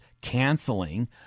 canceling